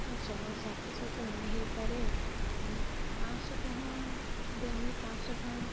ସାତଶହ ସାତଶହ ତ ନେଇଁ ହେଇ ପାରେ ପାଁସ ଟଙ୍କା ହଁ ଦେମି ପାଁସ ଟଙ୍କା